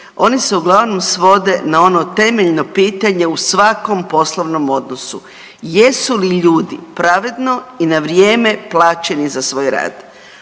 oni se uglavnom svode na ono temeljno pitanje u svakom poslovnom odnosu jesu li ljudi pravedno i na vrijeme plaćeni za svoj rad.